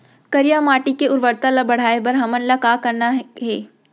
करिया माटी के उर्वरता ला बढ़ाए बर हमन ला का करना हे?